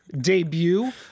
debut